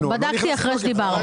בדקתי אחרי שדיברנו.